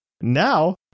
Now